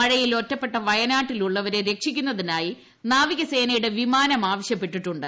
മഴയിൽ ഒറ്റപ്പെട്ട വയനാട്ടിൽ ഉള്ളവരെ രക്ഷിക്കുന്നതിനായി നാവികസേനയുടെ വിമാനം ആവശ്യപ്പെട്ടിട്ടുണ്ട്